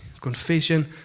Confession